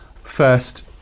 First